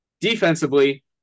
Defensively